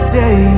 day